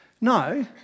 no